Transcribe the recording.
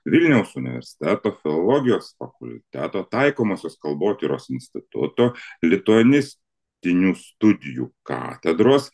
vilniaus universiteto filologijos fakulteto taikomosios kalbotyros instituto lituanistinių studijų katedros